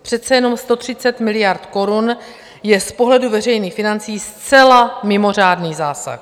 Přece jenom 130 miliard korun je z pohledu veřejných financí zcela mimořádný zásah.